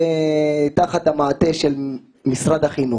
זה תחת המעטה של משרד החינוך.